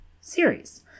series